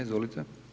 Izvolite.